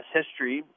history